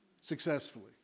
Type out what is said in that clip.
successfully